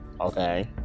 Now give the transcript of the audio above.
Okay